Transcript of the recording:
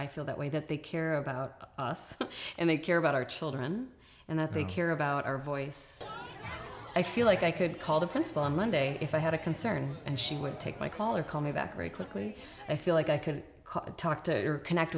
i feel that way that they care about us and they care about our children and that they care about our voice i feel like i could call the principal on monday if i had a concern and she would take my call or call me back very quickly i feel like i could call talk to your connect